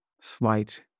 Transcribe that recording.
slight